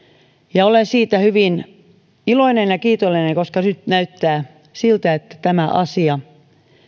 ja olen siitä hyvin iloinen ja kiitollinen koska nyt näyttää siltä että tämä asia